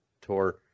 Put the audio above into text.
tour